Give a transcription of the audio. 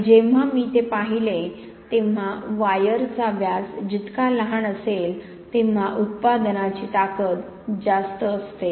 आणि जेव्हा मी ते पाहिले तेव्हा वायरचा व्यास जितका लहान असेल तेव्हा उत्पन्नाची ताकद जास्त असते